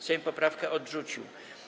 Sejm poprawkę odrzucił.